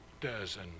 dozen